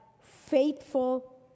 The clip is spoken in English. faithful